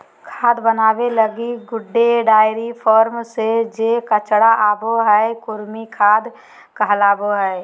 खाद बनाबे लगी गड्डे, डेयरी फार्म से जे कचरा आबो हइ, कृमि खाद कहलाबो हइ